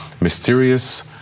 mysterious